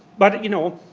but you know,